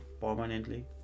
permanently